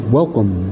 Welcome